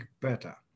better